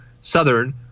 Southern